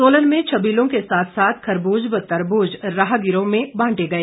सोलन में छबीलों के साथ साथ खरबूज व तरबूज राहगीरों में बांटे गए